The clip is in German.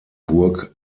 burg